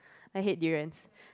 I hate durians